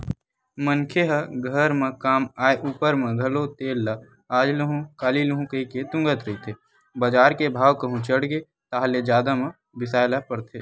मनखे ह घर म काम आय ऊपर म घलो तेल ल आज लुहूँ काली लुहूँ कहिके तुंगत रहिथे बजार के भाव कहूं चढ़गे ताहले जादा म बिसाय ल परथे